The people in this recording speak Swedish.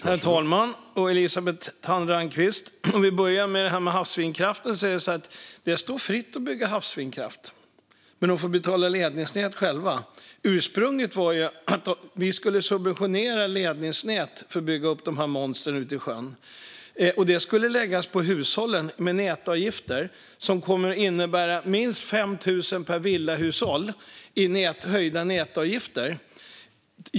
Herr talman och Elisabeth Thand Ringqvist! Om vi börjar med havsvindkraften är det fritt fram att bygga. Men man får själv betala ledningsnät. Ursprungligen skulle vi subventionera ledningsnät för att bygga upp dessa monster ute i sjön. Detta skulle läggas på hushållen i form av nätavgifter, vilket skulle innebära minst 5 000 per villahushåll i höjda nätavgifter.